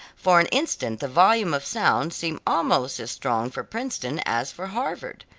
for an instant the volume of sound seemed almost as strong for princeton as for harvard.